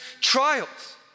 trials